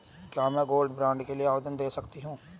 क्या मैं gold bond के लिए आवेदन दे सकती हूँ?